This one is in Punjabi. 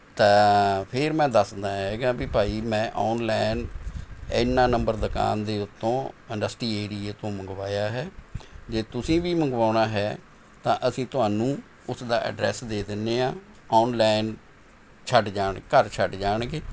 ਤਾਂ ਫਿਰ ਮੈਂ ਦੱਸਦਾ ਹੈਗਾ ਵੀ ਭਾਈ ਮੈਂ ਔਨਲਾਈਨ ਐਨਾ ਨੰਬਰ ਦੁਕਾਨ ਦੇ ਉੱਤੋਂ ਇੰਡਸਟਰੀ ਏਰੀਏ ਤੋਂ ਮੰਗਵਾਇਆ ਹੈ ਜੇ ਤੁਸੀਂ ਵੀ ਮੰਗਵਾਉਣਾ ਹੈ ਤਾਂ ਅਸੀਂ ਤੁਹਾਨੂੰ ਉਸ ਦਾ ਐਡਰੈੱਸ ਦੇ ਦਿੰਦੇ ਹਾਂ ਔਨਲਾਈਨ ਛੱਡ ਜਾਣ ਘਰ ਛੱਡ ਜਾਣਗੇ